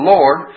Lord